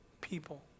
people